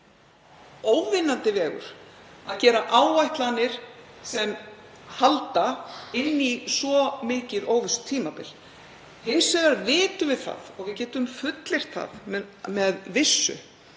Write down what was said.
er óvinnandi vegur að gera áætlanir sem halda inn í svo mikið óvissutímabil. Hins vegar vitum við og getum fullyrt það með vissu